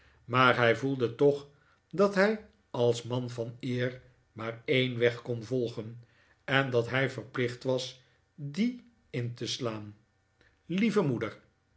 maar hij voelde toch dat hij als man van eer maar een weg kon volgen en dat hij verplicht was dien in te slaan lieve moeder